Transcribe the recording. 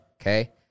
okay